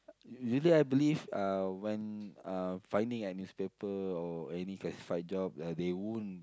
usually I believe uh when uh finding a newspaper or any classified job uh they won't